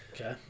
Okay